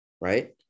right